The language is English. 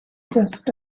just